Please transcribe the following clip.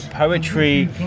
Poetry